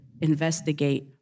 investigate